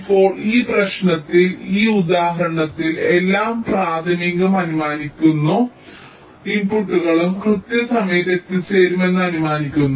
ഇപ്പോൾ ഈ പ്രശ്നത്തിൽ ഈ ഉദാഹരണത്തിൽ എല്ലാ പ്രാഥമിക ഇൻപുട്ടുകളും കൃത്യസമയത്ത് എത്തിച്ചേരുമെന്ന് ഞങ്ങൾ അനുമാനിക്കുന്നു